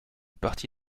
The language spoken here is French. parti